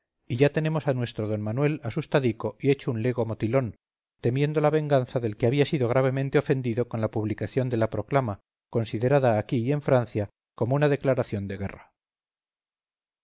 y ya tenemos a nuestro d manuel asustadico y hecho un lego motilón temiendo la venganza del que había sido gravemente ofendido con la publicación de la proclama considerada aquí y en francia como una declaración de guerra